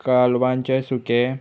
कालवांचें सुकें